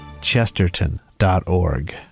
Chesterton.org